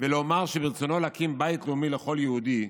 ולומר שברצונו להקים בית לאומי לכל יהודי,